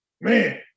Man